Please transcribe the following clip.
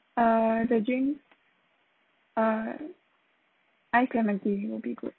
uh the drink uh ice lemon tea will be good